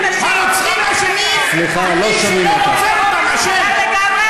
הרוצחים אשמים, ומי שלא מוצא אותם אשם.